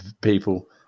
people